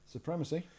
Supremacy